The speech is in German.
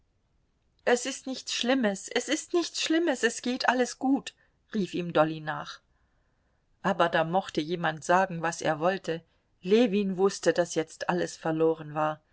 es ist nichts schlimmes es ist nichts schlimmes es geht alles gut rief ihm dolly nach aber da mochte jemand sagen was er wollte ljewin wußte daß jetzt alles verloren war